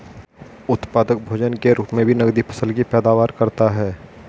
उत्पादक भोजन के रूप मे भी नकदी फसल की पैदावार करता है